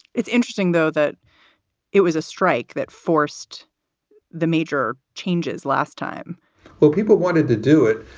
it's interesting, though, that it was a strike that forced the major changes last time well, people wanted to do it.